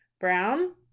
Brown